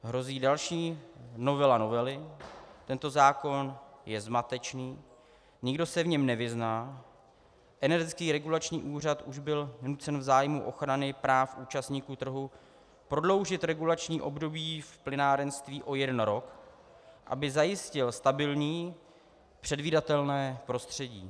Hrozí další novela novely, tento zákon je zmatečný, nikdo se v něm nevyzná, Energetický regulační úřad už byl nucen v zájmu ochrany práv účastníků trhu prodloužit regulační období v plynárenství o jeden rok, aby zajistil stabilní předvídatelné prostředí.